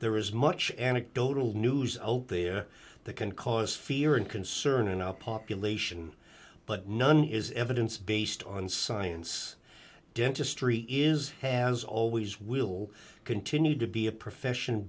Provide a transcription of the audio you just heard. there is much anecdotal news opiah that can cause fear and concern in our population but none is evidence based on science dentistry is has always will continue to be a profession